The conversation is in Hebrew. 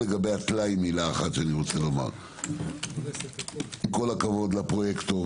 מילה אחת לגבי הטלאי על טלאי: עם כל הכבוד לפרויקטור,